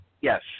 Yes